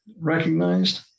recognized